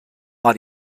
war